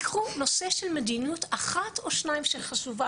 קחו נושא של מדיניות אחת או שתיים שחשובה